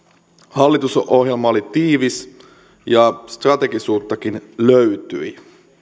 hallitusohjelma oli tiivis ja strategisuuttakin löytyi